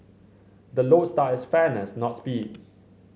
the lodestar is fairness not speed